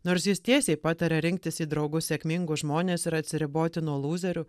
nors jis tiesiai pataria rinktis į draugus sėkmingus žmones ir atsiriboti nuo lūzerių